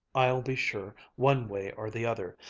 i'll be sure, one way or the other.